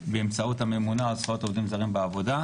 באמצעות הממונה על זכויות העובדים הזרים בעבודה,